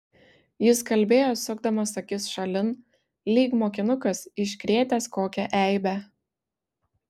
jis kalbėjo sukdamas akis šalin lyg mokinukas iškrėtęs kokią eibę